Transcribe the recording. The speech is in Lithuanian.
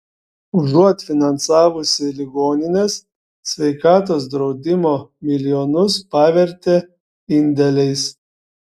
užuot finansavusi ligonines sveikatos draudimo milijonus pavertė indėliais